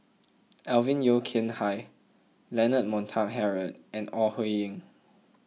Alvin Yeo Khirn Hai Leonard Montague Harrod and Ore Huiying